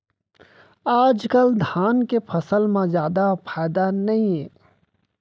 आजकाल धान के फसल म जादा फायदा नइये